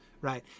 right